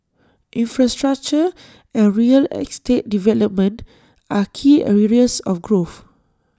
infrastructure and real estate development are key areas of growth